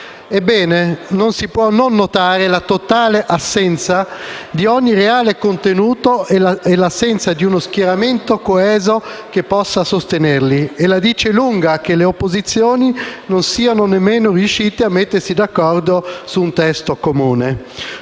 Ebbene, non si può non notare la totale assenza di ogni reale contenuto e l'assenza di uno schieramento coeso che possa sostenerli. La dice lunga che le opposizioni non siano nemmeno riuscite a mettersi d'accordo su un testo comune.